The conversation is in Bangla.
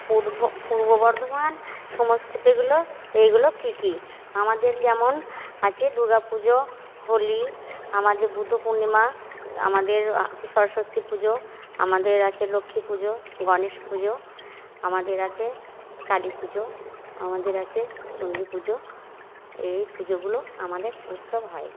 পূর্ব বর্ধমান সংস্কৃতিগুলো এইগুলো কি কি আমাদের যেমন আছে দুর্গা পুজো হোলি আমাদের বুদ্ধ পূর্ণিমা আমাদের আছে সরস্বতী পুজো আমাদের আছে লক্ষ্মী পুজো গণেশ পুজো আমাদের আছে কালী পুজো আমাদের আছে চণ্ডী পুজো এই পুজোগুলো আমাদের উৎসব হয়